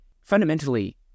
fundamentally